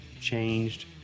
changed